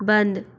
बंद